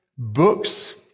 Books